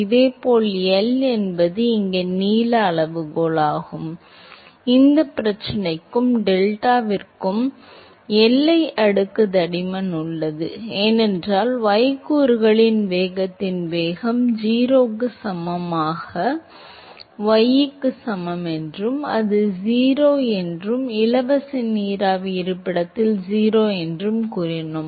இதேபோல் L என்பது இங்கே நீள அளவுகோலாகும் இந்தப் பிரச்சனைக்கும் டெல்டாவிற்கும் எல்லை அடுக்கு தடிமன் உள்ளது ஏனென்றால் y கூறுகளின் வேகத்தின் வேகம் 0 க்கு சமமாக y க்கு சமம் என்றும் அது 0 என்றும் இலவச நீராவி இருப்பிடத்தில் 0 என்றும் கூறினோம்